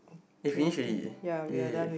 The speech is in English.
it's me actually yeah